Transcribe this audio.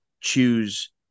choose